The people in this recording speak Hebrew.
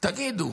תגידו